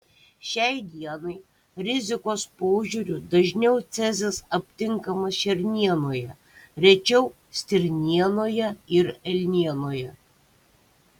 šiai dienai rizikos požiūriu dažniau cezis aptinkamas šernienoje rečiau stirnienoje ir elnienoje